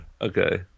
Okay